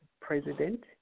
president